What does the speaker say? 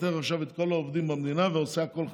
ומפטר עכשיו את כל העובדים במדינה ועושה הכול חדש.